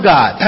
God